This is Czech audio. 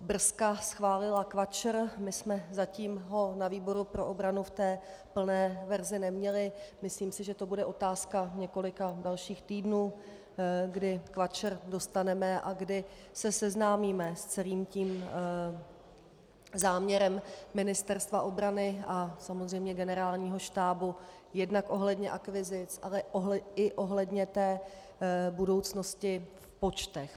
Brska schválila KVAČR, my jsme zatím ho na výboru pro obranu v té plné verzi neměli, myslím si, že to bude otázka několika dalších týdnů, kdy KVAČR dostaneme a kdy se seznámíme s celým tím záměrem Ministerstva obrany a samozřejmě Generálního štábu jednak ohledně akvizic, ale i ohledně té budoucnosti v počtech.